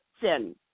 sin